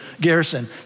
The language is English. garrison